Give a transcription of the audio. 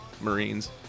Marines